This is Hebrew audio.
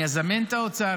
אני אזמן את האוצר,